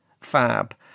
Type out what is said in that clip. fab